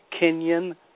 Kenyan